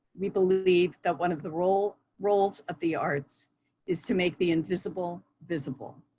we believe that one of the roles roles of the arts is to make the invisible visible.